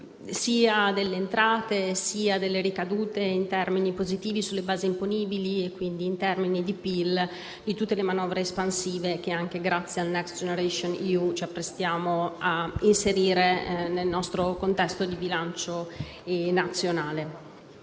sia delle entrate sia delle ricadute in termini positivi sulle basi imponibili, quindi in termini di PIL, di tutte le manovre espansive che, anche grazie al Next generation EU, ci apprestiamo a inserire nel nostro contesto di bilancio nazionale.